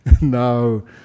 No